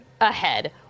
ahead